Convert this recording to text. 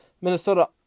Minnesota